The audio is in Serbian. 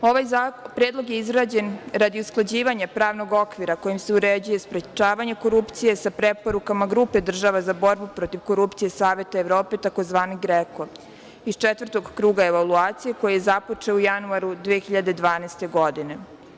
Ovaj predlog je izrađen radi usklađivanja pravnog okvira kojim se uređuje sprečavanje korupcije sa preporukama grupe država za borbu protiv korupcije Saveta Evrope, tzv. GREKO, iz četvrtog kruga evaluacije koji je započeo u januaru 2012. godine.